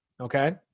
Okay